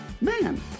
man